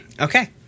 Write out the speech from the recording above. Okay